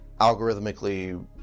algorithmically